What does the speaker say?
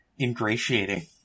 ingratiating